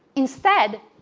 instead,